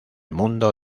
mundo